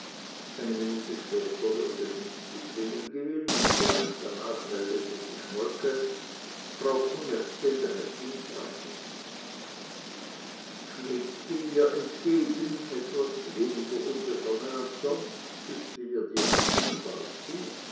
eine minute später hörte schmidt die klingel gehen und gleich danach meldete die schmolke frau kommerzienrätin treibel schmidt ging ihr entgegen etwas weniger unbefangen als sonst küßte ihr die hand und bat sie